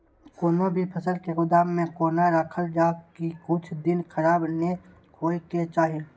कोनो भी फसल के गोदाम में कोना राखल जाय की कुछ दिन खराब ने होय के चाही?